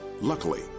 Luckily